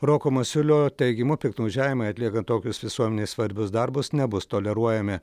roko masiulio teigimu piktnaudžiavimai atliekant tokius visuomenei svarbius darbus nebus toleruojami